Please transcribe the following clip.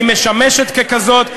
היא משמשת ככזאת,